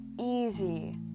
easy